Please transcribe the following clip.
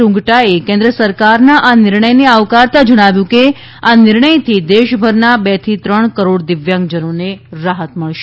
રૂંગટાએ કેન્દ્ર સરકારના આ નિર્ણયને આવકારતા જણાવ્યું છે કે આ નિર્ણયથી દેશભરના બેથી ત્રણ કરોડ દિવ્યાંગજનોને રાહત મળશે